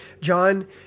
John